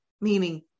meaning